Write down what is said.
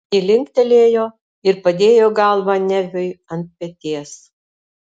ji linktelėjo ir padėjo galvą neviui ant peties